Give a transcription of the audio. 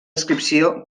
descripció